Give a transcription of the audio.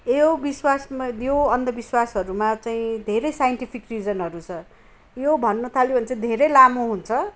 यो विश्वास यो अन्धविश्वासहरूमा चाहिँ धेरै साइन्टिफिक रिजनहरू छ यो भन्नु थाल्यो भने चाहिँ धेरै लामो हुन्छ